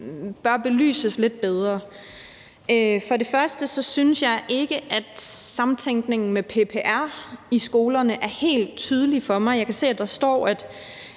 bør belyses lidt bedre. For det første synes jeg ikke, at samtænkningen med PPR i skolerne er helt tydelig for mig. Jeg kan se, at der står, at